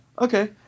Okay